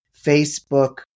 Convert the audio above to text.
Facebook